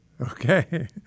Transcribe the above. Okay